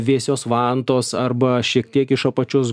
vėsios vantos arba šiek tiek iš apačios